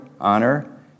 honor